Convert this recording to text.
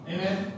Amen